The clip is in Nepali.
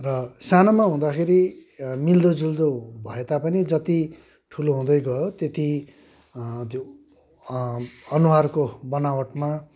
र सानोमा हुँदाखेरि मिल्दोजुल्दो भए तापनि जति ठुलो हुँदै गयो त्यति अनुहारको बनावटमा